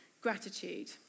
gratitude